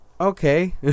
okay